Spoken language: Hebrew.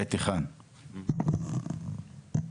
(ב)(1).